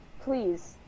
please